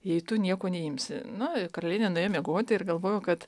jei tu nieko neimsi nu ir karalienė nuėjo miegoti ir galvojo kad